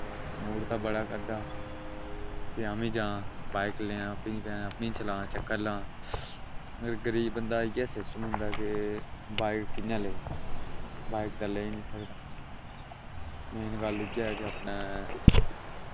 मुह्ड़ ते बड़ा करदा कि आमी जां बाईक लेआं अपनी अपनी चलां चक्कर लां गरीब बंदा इयै सिस्टम होंदे के बाईक कियां लेऐ बाईक ते लेई निं सकदा मेन गल्ल इयै के आपनै